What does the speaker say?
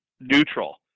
neutral